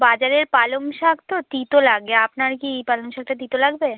বাজারের পালং শাক তো তেঁতো লাগে আপনার কি পালং শাকটা তেঁতো লাগবে